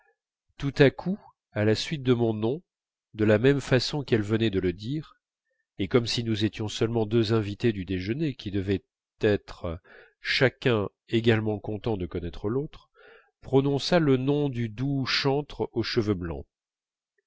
tout à coup à la suite de mon nom de la même façon qu'elle venait de le dire et comme si nous étions seulement deux invités du déjeuner qui devaient être chacun également contents de connaître l'autre prononça le nom du doux chantre aux cheveux blancs